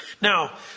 Now